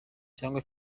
cyangwa